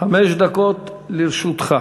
חמש דקות לרשותך.